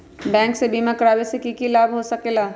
Bank से बिमा करावे से की लाभ होई सकेला?